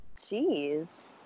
jeez